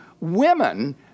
women